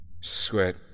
Sweat